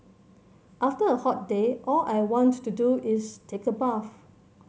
after a hot day all I want to do is take a bath